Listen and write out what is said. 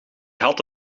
had